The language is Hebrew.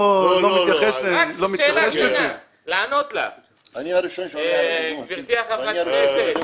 אני הראשון שעולה על הפיגום,